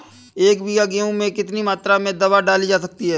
एक बीघा गेहूँ में कितनी मात्रा में दवा डाली जा सकती है?